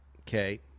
Okay